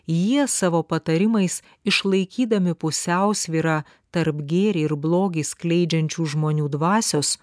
jie savo patarimais išlaikydami pusiausvyrą tarp gėrį ir blogį skleidžiančių žmonių dvasios